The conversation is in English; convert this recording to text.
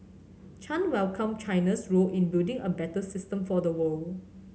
Chan welcomed China's role in building a better system for the world